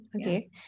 Okay